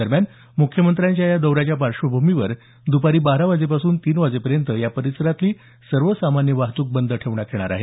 दरम्यान मुख्यमंत्र्यांच्या या दौऱ्याच्या पार्श्वभूमीवर दुपारी बारा वाजेपासून तीन वाजेपर्यंत या परिसरातली सर्वसामान्य वाहतुक बंद ठेवण्यात येणार आहे